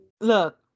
Look